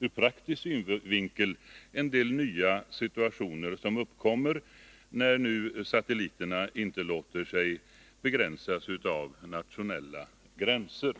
ur praktisk synvinkel en del nya situationer som uppkommer, eftersom satelliternas räckvidd inte låter sig inskränkas till nationella gränser.